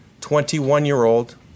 21-year-old